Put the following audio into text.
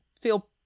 feel